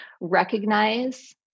recognize